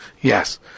Yes